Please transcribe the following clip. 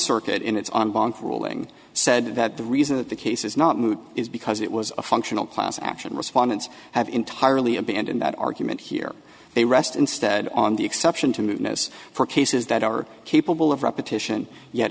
circuit in its on blank ruling said that the reason that the case is not moot is because it was a functional class action respondents have entirely abandoned that argument here they rest instead on the exception to move notice for cases that are capable of repetition yet